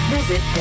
Visit